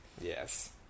Yes